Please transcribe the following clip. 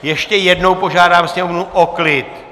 Ještě jednou požádám sněmovnu o klid!